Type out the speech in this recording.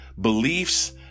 beliefs